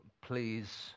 please